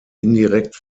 indirekt